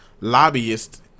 lobbyists